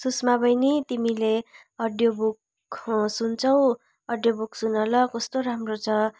सुस्मा बहिनी तिमीले audio book सुन्छौ अडियो बुक सुन ल कस्तो राम्रो छ